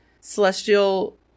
Celestial